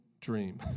dream